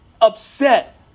upset